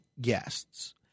guests